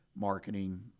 marketing